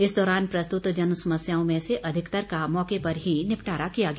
इस दौरान प्रस्तुत जन समस्याओं में से अधिकतर का मौके पर ही निपटारा किया गया